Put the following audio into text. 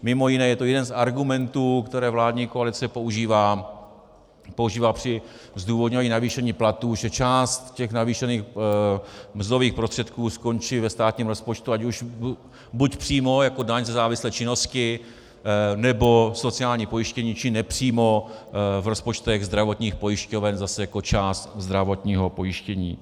Mimo jiné je to jeden z argumentů, které vládní koalice používá při zdůvodňování navýšení platů, že část navýšených mzdových prostředků skončí ve státním rozpočtu ať už buď přímo jako daň ze závislé činnosti nebo sociální pojištění, či nepřímo v rozpočtech zdravotních pojišťoven zase jako část zdravotního pojištění.